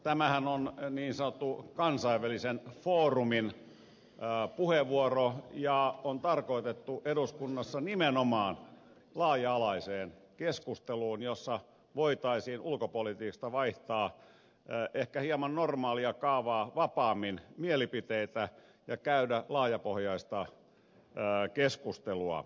tämähän on niin sanottu kansainvälisen foorumin puheenvuoro ja on tarkoitettu eduskunnassa nimenomaan laaja alaiseen keskusteluun jossa voitaisiin ulkopolitiikasta vaihtaa ehkä hieman normaalia kaavaa vapaammin mielipiteitä ja käydä laajapohjaista keskustelua